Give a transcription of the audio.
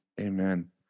Amen